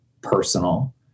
personal